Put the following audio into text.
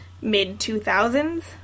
mid-2000s